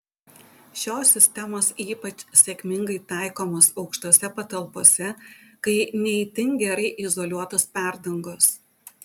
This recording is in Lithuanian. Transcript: šios sistemos ypač sėkmingai taikomos aukštose patalpose kai ne itin gerai izoliuotos perdangos